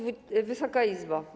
Wysoka Izbo!